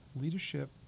leadership